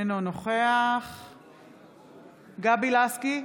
אינו נוכח גבי לסקי,